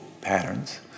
patterns